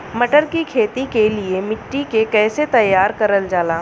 मटर की खेती के लिए मिट्टी के कैसे तैयार करल जाला?